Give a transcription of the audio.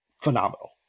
phenomenal